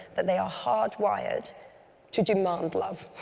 that they are hard-wired to demand love.